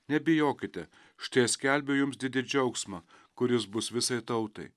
nebijokite štai aš skelbiu jums didį džiaugsmą kuris bus visai tautai